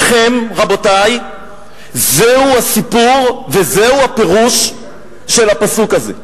שכם, רבותי, זהו הסיפור וזהו הפירוש של הפסוק הזה.